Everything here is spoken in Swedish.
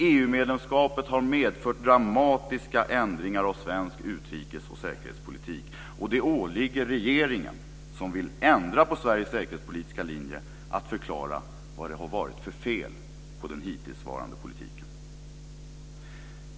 EU-medlemskapet har medfört dramatiska ändringar av svensk utrikes och säkerhetspolitik. Det åligger regeringen, som vill ändra på Sveriges säkerhetspolitiska linje, att förklara vad det har varit för fel på den hittillsvarande politiken.